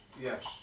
yes